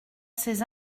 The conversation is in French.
ces